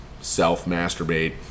self-masturbate